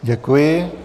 Děkuji.